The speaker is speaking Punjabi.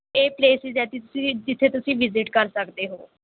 ਇਹ ਪਲੇਸਿਸ ਹੈ ਜੀ ਜਿੱਥੇ ਤੁਸੀਂ ਵਿਜ਼ਿਟ ਕਰ ਸਕਦੇ ਹੋ